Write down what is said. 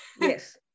Yes